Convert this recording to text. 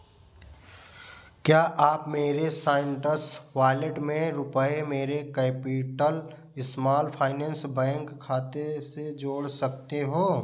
क्या आप मेरे साइंटस वालेट में रुपये मेरे कैपिटल इस्माल फाइनेंस बैंक खाते से जोड़ सकते हो